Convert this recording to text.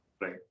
Right